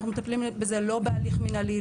אנחנו מטפלים בזה לא בהליך מנהלי,